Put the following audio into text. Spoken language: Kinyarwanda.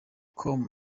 com